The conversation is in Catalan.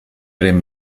eren